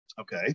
Okay